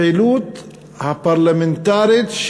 לפעילות הפרלמנטרית,